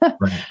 Right